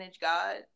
God